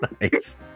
nice